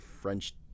French